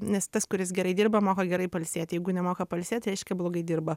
nes tas kuris gerai dirba moka gerai pailsėti jeigu nemoka pailsėt reiškia blogai dirba